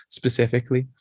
specifically